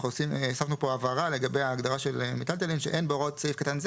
הוספנו פה הבהרה לגבי ההגדרה של "מיטלטלין" "אין בהוראות סעיף קטן זה